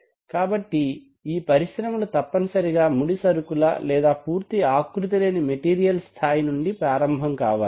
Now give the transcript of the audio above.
కాబట్టి ఈ పరిశ్రమలు తప్పనిసరిగా ముడి సరుకుల లేదా పూర్తి ఆకృతి లేని మెటీరియల్ స్థాయి నుండి ప్రారంభం కావాలి